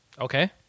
Okay